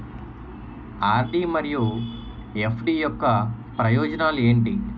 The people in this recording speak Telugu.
ఆర్.డి మరియు ఎఫ్.డి యొక్క ప్రయోజనాలు ఏంటి?